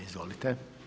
Izvolite.